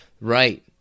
Right